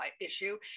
issue